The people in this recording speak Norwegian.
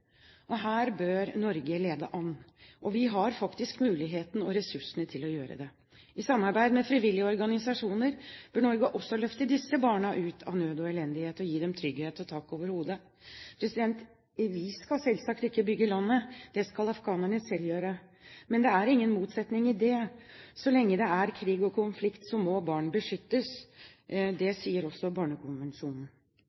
Her bør Norge lede an, og vi har faktisk muligheten og ressursene til å gjøre det. I samarbeid med frivillige organisasjoner bør Norge løfte også disse barna ut av nød og elendighet og gi dem trygghet og tak over hodet. Vi skal selvsagt ikke bygge landet, det skal afghanerne selv gjøre. Men det er ingen motsetning i det – så lenge det er krig og konflikt, må barn beskyttes. Det